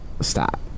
Stop